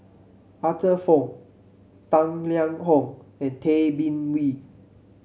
Arthur Fong Tang Liang Hong and Tay Bin Wee